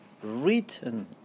written